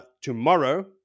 tomorrow